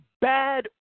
bad